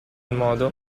modo